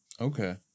Okay